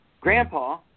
Grandpa